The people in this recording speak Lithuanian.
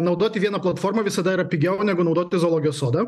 naudoti vieną platformą visada yra pigiau negu naudoti zoologijos sodą